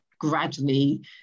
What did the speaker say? gradually